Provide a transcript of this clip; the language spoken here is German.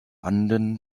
anden